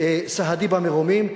וסהדי במרומים,